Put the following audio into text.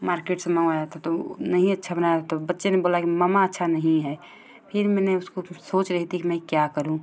market से मँगवाया था तो नहीं अच्छा बनाया था तो बच्चे ने बोला कि मम्मा अच्छा नहीं है फिर मैंने उसको फिर सोच रही थी कि मैं क्या करूँ